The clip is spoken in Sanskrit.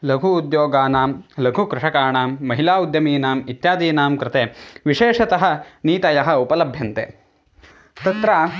लघु उद्योगानां लघु कृषकाणां महिला उद्यमीनाम् इत्यादीनां कृते विशेषतः निधयः उपलभ्यन्ते तत्र